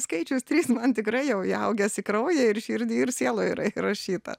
skaičius trys man tikrai jau įaugęs į kraują ir širdį ir sieloj yra įrašyta